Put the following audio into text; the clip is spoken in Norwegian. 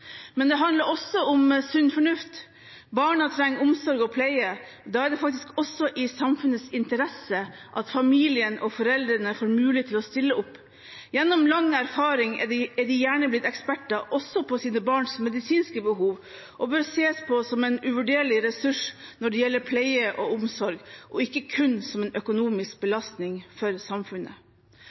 Men det handler også om sunn fornuft. Barna trenger omsorg og pleie, og da er det faktisk også i samfunnets interesse at familien og foreldrene får mulighet til å stille opp. Gjennom lang erfaring er de gjerne blitt eksperter også på sine barns medisinske behov og bør ses på som en uvurderlig ressurs når det gjelder pleie og omsorg, ikke kun som en økonomisk belastning for samfunnet.